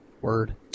Word